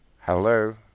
hello